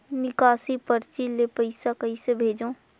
निकासी परची ले पईसा कइसे भेजों?